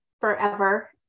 forever